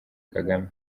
kagame